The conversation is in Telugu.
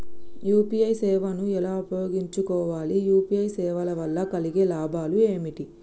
యూ.పీ.ఐ సేవను ఎలా ఉపయోగించు కోవాలి? యూ.పీ.ఐ సేవల వల్ల కలిగే లాభాలు ఏమిటి?